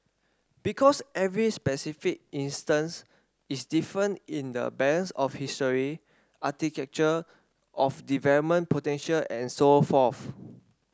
because every specific instance is different in the balance of history architecture of development potential and so forth